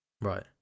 Right